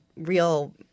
real